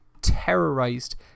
terrorized